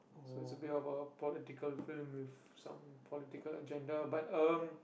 so it's a bit of a political film with some political agenda but um